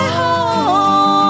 home